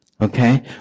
Okay